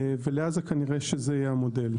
ולעזה כנראה שזה יהיה המודל.